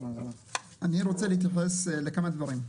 אני רוצה להתייחס לכמה דברים.